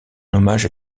hommage